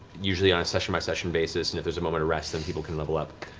usually on a session by session basis, and if there's a moment of rest, then people can level up.